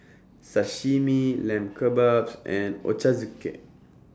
Sashimi Lamb Kebabs and Ochazuke